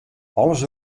alles